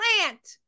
plant